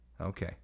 Okay